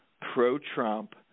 pro-Trump